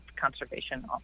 conservation